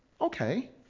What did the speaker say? okay